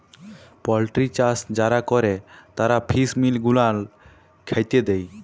poultry চাষ যারা ক্যরে তারা ফিস মিল গুলান খ্যাতে দেই